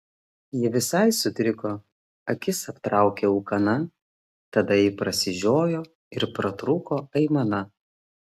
ji visai sutriko akis aptraukė ūkana tada ji prasižiojo ir pratrūko aimana